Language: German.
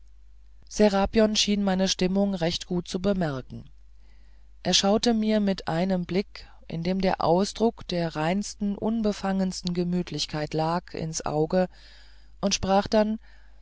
serapion schien meine stimmung recht gut zu bemerken er schaute mir mit einem blick in dem der ausdruck der reinsten unbefangensten gemütlichkeit lag ins auge und sprach dann